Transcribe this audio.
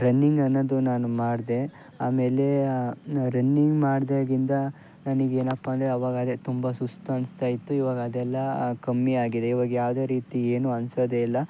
running ಅನ್ನೋದು ನಾನು ಮಾಡಿದೆ ಆಮೇಲೆ ರನ್ನಿಂಗ್ ಮಾಡಿದಾಗಿಂದ ನನಗೇನಪ್ಪ ಅಂದರೆ ಆವಾಗದೆ ತುಂಬ ಸುಸ್ತು ಅನಿಸ್ತಾ ಇತ್ತು ಇವಾಗ ಅದೆಲ್ಲ ಕಮ್ಮಿ ಆಗಿದೆ ಇವಾಗ ಯಾವುದೇ ರೀತಿ ಏನು ಅನ್ಸೋದೆ ಇಲ್ಲ